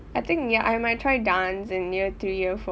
I think ya I might try dance in year three year four